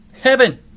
Heaven